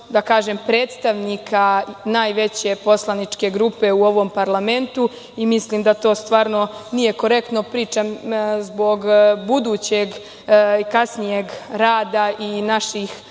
jednog od predstavnika najveće poslaničke grupe u ovom parlamentu i mislim da to stvarno nije korektno. Pričam zbog budućeg, kasnijeg rada i naših